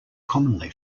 commonly